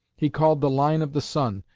he called the line of the sun,